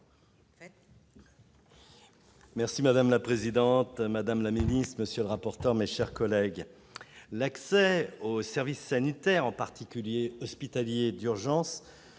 Madame la présidente, madame la secrétaire d'État, monsieur le rapporteur, mes chers collègues, l'accès aux services sanitaires, en particulier hospitaliers d'urgence,